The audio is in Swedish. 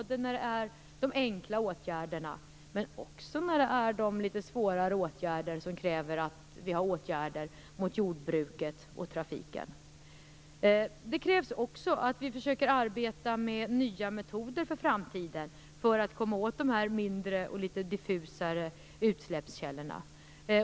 Det gäller då både enkla åtgärder och litet svårare åtgärder, som riktar sig mot jordbruket och trafiken. Det krävs också att vi försöker arbeta med nya metoder för framtiden, för att komma åt de mindre och litet diffusare utsläppskällorna.